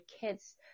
kids